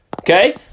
Okay